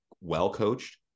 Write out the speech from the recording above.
well-coached